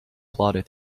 plodded